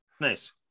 Nice